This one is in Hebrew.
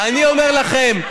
אני אומר לכם,